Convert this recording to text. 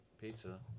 Pizza